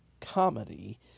comedy